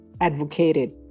advocated